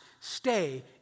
stay